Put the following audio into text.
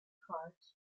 cards